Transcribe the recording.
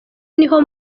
niho